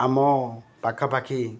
ଆମ ପାଖାପାଖି